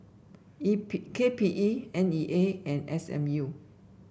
E P K P E N E A and S M U